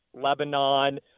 Lebanon